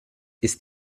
ist